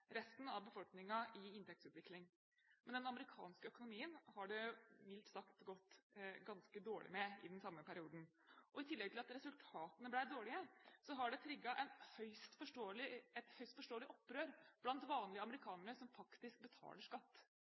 resten av befolkningen i inntektsutvikling. Men den amerikanske økonomien har det – mildt sagt – gått ganske dårlig med i den samme perioden. I tillegg til at resultatene ble dårlige, har det trigget et høyst forståelig opprør blant vanlige amerikanere, som faktisk betaler skatt.